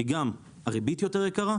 כי גם הריבית יותר יקרה,